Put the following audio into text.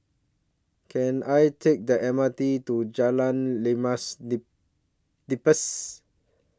Can I Take The M R T to Jalan Limau Nipis